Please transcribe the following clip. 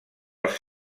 els